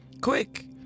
Quick